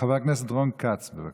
חבר הכנסת רון כץ, בבקשה.